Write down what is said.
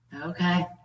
Okay